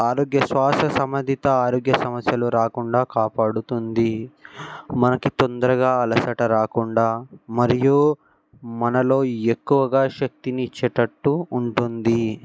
ఆరోగ్య శ్వాస సంబంధిత ఆరోగ్య సమస్యలు రాకుండా కాపాడుతుంది మనకి తొందరగా అలసట రాకుండా మరియు మనలో ఎక్కువగా శక్తిని ఇచ్చేటట్టు ఉంటుంది